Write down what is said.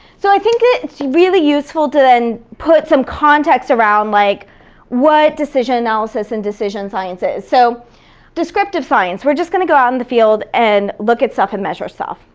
so i think it's really useful to then put some context around like what decision analysis and decision science is. so descriptive science, we're just gonna go out in the field and look at stuff and measure stuff.